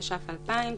התש"ף-2020.